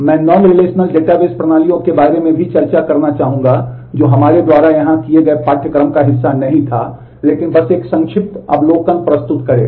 मैं non relational database प्रणालियों के बारे में भी चर्चा करना चाहूंगा जो हमारे द्वारा यहां किए गए पाठ्यक्रम का हिस्सा नहीं था लेकिन बस एक संक्षिप्त अवलोकन प्रस्तुत करेगा